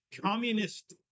communist